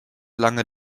lange